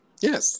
yes